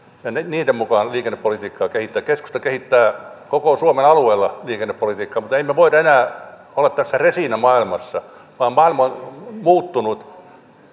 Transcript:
ja niiden mukaan liikennepolitiikkaa kehitetään keskusta kehittää koko suomen alueella liikennepolitiikkaa mutta emme me voi enää olla tässä resiinamaailmassa vaan maailma on muuttunut